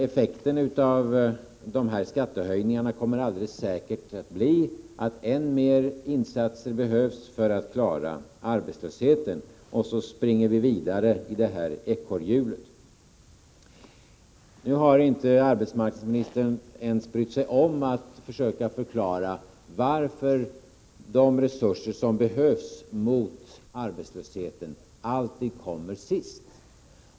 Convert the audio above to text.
Effekten av de här skattehöjningarna kommer ju alldeles säkert att bli att än mer insatser behövs för att klara arbetslösheten, och så springer vi vidare i ekorrhjulet. Nu har arbetsmarknadsministern inte ens brytt sig om att försöka förklara varför de resurser som behövs mot arbetslösheten alltid kommer sist.